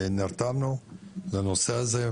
נרתמנו לנושא הזה.